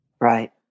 right